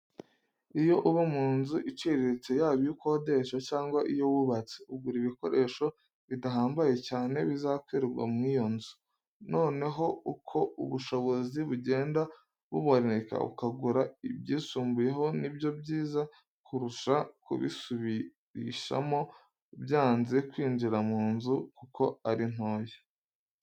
Iyo uba mu nzu iciriritse, yaba iyo ukodesha cg iyo wubatse, ugura ibikoresho bidahambaye cyane, bizakwirwa muri iyo nzu, noneho uko ubushobozi bugenda buboneka, ukagura ibyisumbyeho ni byo byiza kurusha kubisubirishamo byanze kwinjira mu nzu, kuko ari ntoya.